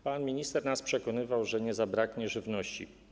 Pan minister nas przekonywał, że nie zabraknie żywności.